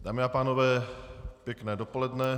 Dámy a pánové, pěkné dopoledne.